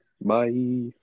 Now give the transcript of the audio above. bye